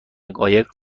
قایق